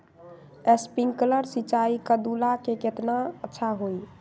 Sprinkler सिंचाई कददु ला केतना अच्छा होई?